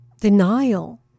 denial